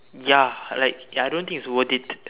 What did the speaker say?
ya like ya I don't think it's worth it